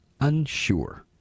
unsure